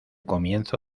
comienzo